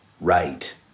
right